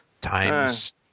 Time's